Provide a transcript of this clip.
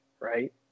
Right